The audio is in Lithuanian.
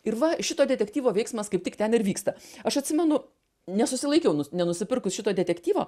ir va šito detektyvo veiksmas kaip tik ten ir vyksta aš atsimenu nesusilaikiau nenusipirkus šito detektyvo